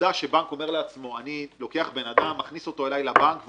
העובדה שבנק אומר לעצמו אני לוקח בן אדם אלי לבנק,